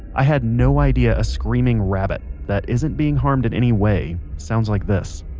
i had no idea a screaming rabbit, that isn't being harmed in any way, sounds like this